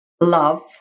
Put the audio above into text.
love